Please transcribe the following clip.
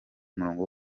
umurongo